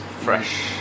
fresh